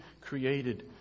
created